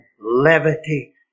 levity